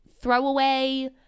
throwaway